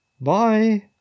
Bye